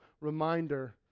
reminder